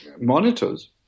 monitors